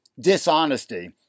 dishonesty